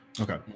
Okay